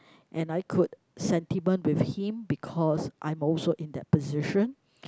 and I could sentiment with him because I'm also in that position